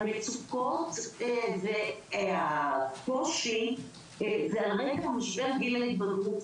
המצוקות והקושי זה על רקע משבר גיל ההתבגרות.